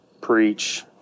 Preach